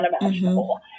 unimaginable